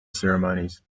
ceremonies